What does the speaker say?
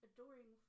Adoring